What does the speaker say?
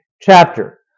chapter